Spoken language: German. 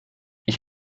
ich